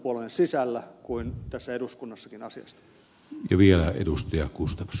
puolueen sisällä kuin tässä eduskunnassakin asiasta